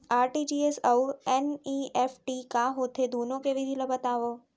RTGS अऊ NEFT का होथे, दुनो के विधि ला बतावव